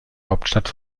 hauptstadt